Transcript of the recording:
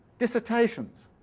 dissertations,